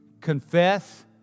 confess